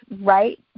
right